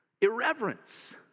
Irreverence